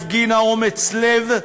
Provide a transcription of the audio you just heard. הפגינה אומץ לב,